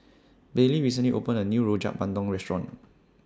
Bailey recently opened A New Rojak Bandung Restaurant